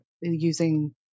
using